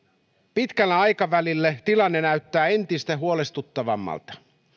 pitkällä aikavälillä tilanne näyttää entistä huolestuttavammalta